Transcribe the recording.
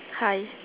hi